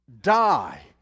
die